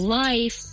life